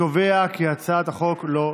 קובע כי הצעת החוק לא התקבלה.